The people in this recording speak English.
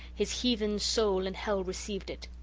his heathen soul, and hell received it.